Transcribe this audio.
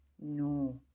No